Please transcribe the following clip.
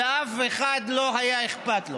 ולאף אחד לא היה אכפת.